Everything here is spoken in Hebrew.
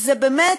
זה באמת,